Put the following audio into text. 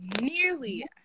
Nearly